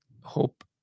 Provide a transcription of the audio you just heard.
Hope